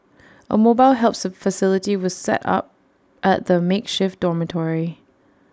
A mobile helps facility was set up at the makeshift dormitory